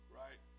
right